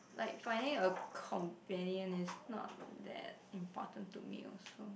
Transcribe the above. like finding a companion is not that important to me also